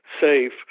safe